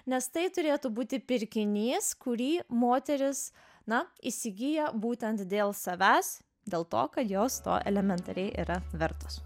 nes tai turėtų būti pirkinys kurį moterys na įsigyja būtent dėl savęs dėl to kad jos to elementariai yra vertos